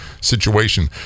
situation